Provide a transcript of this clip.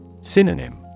Synonym